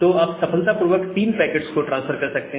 तो आप सफलतापूर्वक 3 पैकेट्स को ट्रांसफर कर सकते हैं